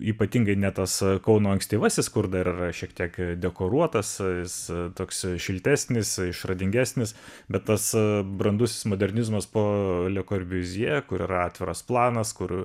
ypatingai ne tas kauno ankstyvasis kur dar yra šiek tiek dekoruotas tai jis toks šiltesnis išradingesnis bet tas brandusis modernizmas po le korbiuzjė kur yra atviras planas kur